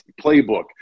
playbook